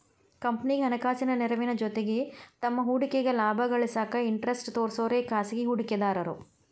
ಕಂಪನಿಗಿ ಹಣಕಾಸಿನ ನೆರವಿನ ಜೊತಿಗಿ ತಮ್ಮ್ ಹೂಡಿಕೆಗ ಲಾಭ ಗಳಿಸಾಕ ಇಂಟರೆಸ್ಟ್ ತೋರ್ಸೋರೆ ಖಾಸಗಿ ಹೂಡಿಕೆದಾರು